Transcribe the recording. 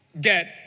get